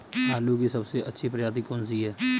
आलू की सबसे अच्छी प्रजाति कौन सी है?